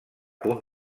punt